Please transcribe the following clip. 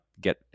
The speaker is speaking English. get